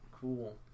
cool